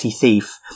thief